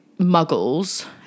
muggles